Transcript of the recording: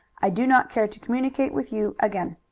i do not care to communicate with you again.